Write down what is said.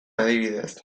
adibidez